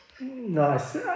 Nice